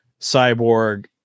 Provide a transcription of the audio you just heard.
cyborg